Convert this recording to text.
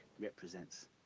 represents